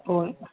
ഓ